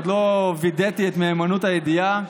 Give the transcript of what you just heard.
עוד לא וידאתי את מהימנות הידיעה,